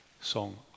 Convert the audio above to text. song